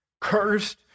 cursed